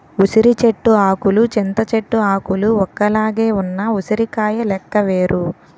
ఉసిరి చెట్టు ఆకులు చింత చెట్టు ఆకులు ఒక్కలాగే ఉన్న ఉసిరికాయ లెక్క వేరు